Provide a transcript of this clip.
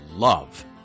Love